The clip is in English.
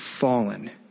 fallen